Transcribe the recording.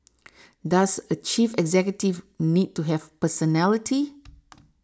does a chief executive need to have personality